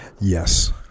Yes